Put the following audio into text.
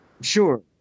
Sure